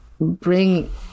bring